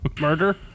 Murder